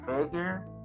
figure